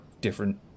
different